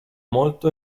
molto